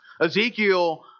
Ezekiel